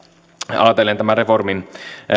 ajatellen tämän reformin